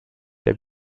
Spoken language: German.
der